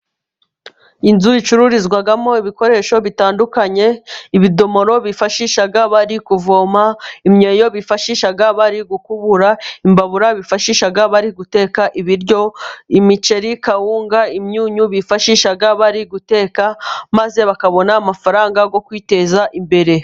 inzu icurururizwamo ibikoresho bitandukanye, Ibidomoro bifashisha bari kuvoma, imyeyo bifashisha bari gukubura, imbabura bifashisha bari guteka ibiryo, imiceri, kawunga, imyunyu bifashisha bari guteka, maze bakabona amafaranga yo kwiteza imbere.